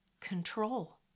control